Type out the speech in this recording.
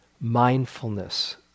mindfulness